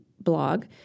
blog